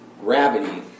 Gravity